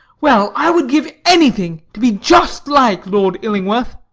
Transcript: well, i would give anything to be just like lord illingworth.